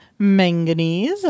manganese